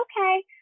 Okay